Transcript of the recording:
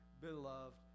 beloved